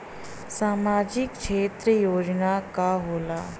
सामाजिक क्षेत्र योजना का होला?